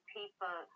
people